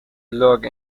log